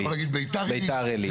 אתה יכול להגיד ביתר עילית.